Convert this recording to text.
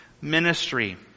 ministry